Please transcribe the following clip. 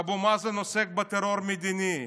אבו מאזן עוסק בטרור מדיני.